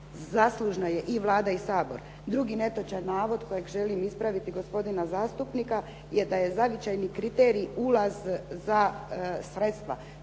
Zaslužna je i Vlada i Sabor. Drugi netočan navod koji želim ispraviti gospodina zastupnika je da je zavičajni kriterij ulaz za sredstva.